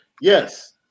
Yes